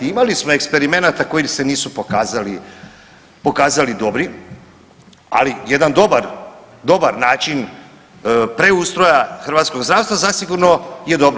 Imali smo eksperimenata koji se nisu pokazali dobrim, ali jedan dobar način preustroja hrvatskog zdravstva zasigurno je dobro.